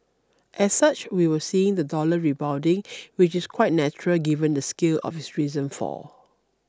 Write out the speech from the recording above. as such we were seeing the dollar rebounding which is quite natural given the scale of its recent fall